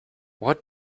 what